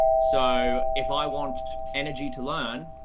so if i want energy to learn,